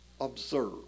observe